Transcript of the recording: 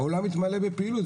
האולם יתמלא בפעילות,